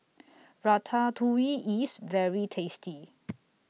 Ratatouille IS very tasty